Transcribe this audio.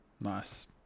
nice